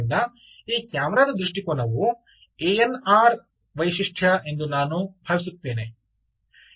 ಆದ್ದರಿಂದ ಈ ಕ್ಯಾಮೆರಾ ದ ದೃಷ್ಟಿಕೋನವು ಎಎನ್ಆರ್ ವೈಶಿಷ್ಟ್ಯ ಎಂದು ನಾನು ಭಾವಿಸುತ್ತೇನೆ